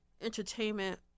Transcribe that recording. entertainment